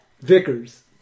Vickers